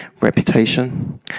reputation